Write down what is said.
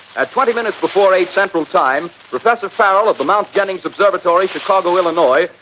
at twenty minutes before eight, central time, professor farrell of the mount jennings observatory, chicago, illinois,